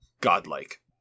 godlike